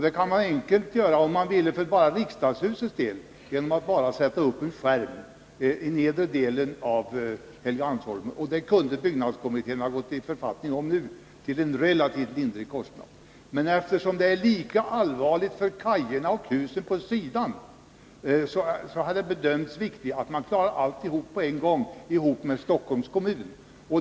Det kan man för riksdagshusets del göra enkelt, bara genom att sätta upp en skärm vid nedre delen av Helgeandsholmen. Det kunde byggnadskommittén ha gått i författning om nu, till en relativt lindrig kostnad, men eftersom det är lika allvarligt för kajerna och husen vid sidan om riksdagshuset, har det bedömts vara viktigt att man klarar av alltihop på en gång tillsammans med Stockholms kommun.